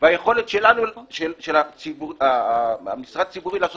והיכולת של המשרד הציבורי הוא פחות.